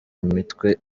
mitwe